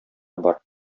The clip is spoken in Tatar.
бар